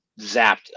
zapped